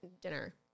dinner